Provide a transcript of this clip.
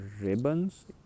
ribbons